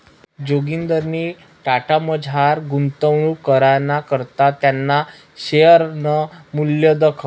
जोगिंदरनी टाटामझार गुंतवणूक कराना करता त्याना शेअरनं मूल्य दखं